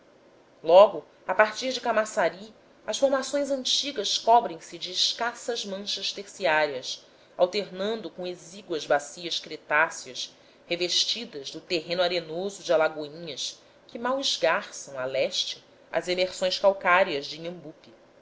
logo a partir de camaçari as formações antigas cobrem se de escassas manchas terciárias alternando com exíguas bacias cretáceas revestidas do terreno arenoso de alagoinha que mal esgarçam a leste as emersões calcárias de inhambupe